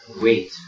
Wait